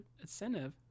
incentive